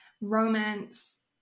romance